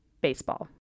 baseball